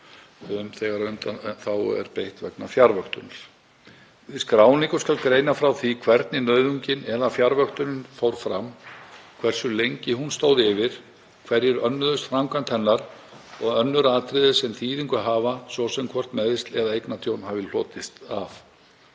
er beitt vegna fjarvöktunar. Við skráningu skal greina frá hvernig nauðungin eða fjarvöktunin fór fram, hversu lengi hún stóð yfir, hverjir önnuðust framkvæmd hennar og önnur atriði sem þýðingu hafa, svo sem hvort meiðsl eða eignatjón hafi hlotist af.